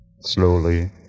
Slowly